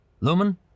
Lumen